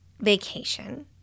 Vacation